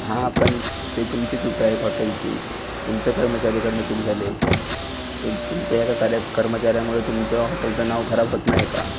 हा पण ते तुमची चूक आहे हॉटेलची तू तुमच्या कर्मचारीकडनं चूक झाली आहे ते तुमच्या एका कार्य कर्मचाऱ्यामुळं तुमचं हॉटेलचं नाव खराब होत नाही आहे का